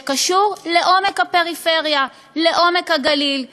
שקשור לעומק הפריפריה, לעומק הגליל.